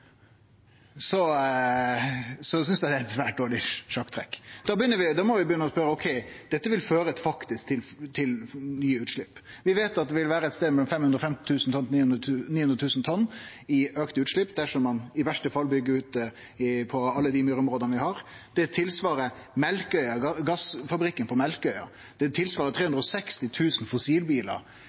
synest eg det er eit svært dårleg sjakktrekk. Da må vi begynne å stille oss spørsmål, for dette vil faktisk føre til nye utslepp. Vi veit at det vil vere ein stad mellom 550 000 og 900 000 tonn i auka utslepp viss ein i verste fall byggjer ut på alle dei myrområda vi har. Det svarer til gassfabrikken på Melkøya, det svarer til 360 000 fossilbilar,